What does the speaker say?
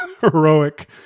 heroic